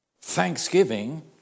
Thanksgiving